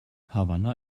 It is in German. havanna